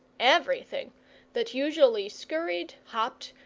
everything that usually scurried, hopped,